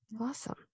Awesome